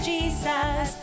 Jesus